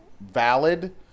valid